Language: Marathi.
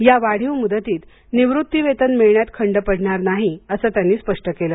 या वाढीव मुदतीत निवृत्तीवेतन मिळण्यात खंड पडणार नाही असं त्यांनी स्पष्ट केलं